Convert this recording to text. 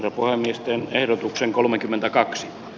tapaamisten erotuksen kolmekymmentäkaksi